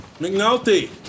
McNulty